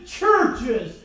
churches